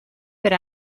per